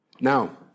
Now